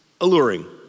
alluring